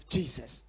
Jesus